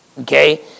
okay